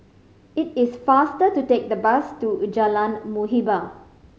it is faster to take the bus to Jalan Muhibbah